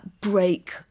break